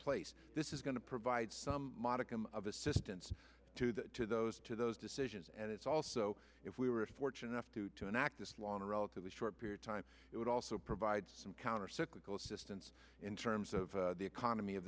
place this is going to provide some modicum of assistance to the to those to those decisions and it's also if we were fortunate enough to to enact this law in a relatively short period time it would also provide some countercyclical assistance in terms of the economy of